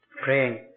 praying